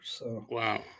Wow